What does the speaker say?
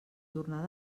tornar